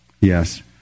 Yes